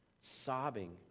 sobbing